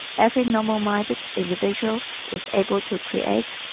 every normal-minded individual is able to create,